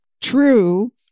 true